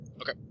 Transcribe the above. Okay